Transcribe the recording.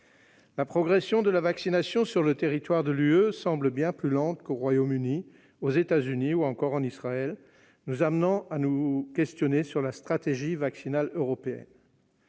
La progression de la vaccination sur le territoire de l'Union européenne semble bien plus lente qu'au Royaume-Uni, aux États-Unis ou encore en Israël, ce qui nous conduit à nous interroger sur la stratégie vaccinale européenne.